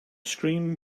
screen